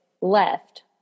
left